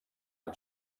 els